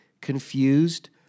confused